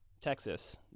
texas